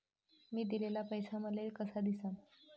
मी दिलेला पैसा मले कसा दिसन?